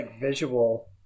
visual